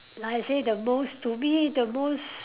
like I say the most to me the most